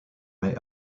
may